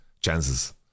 chances